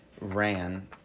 ran